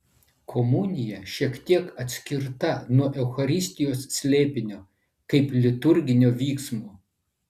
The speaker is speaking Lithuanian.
komunija šiek tiek atskirta nuo eucharistijos slėpinio kaip liturginio vyksmo